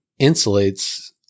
insulates